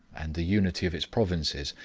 and the unity of its provinces,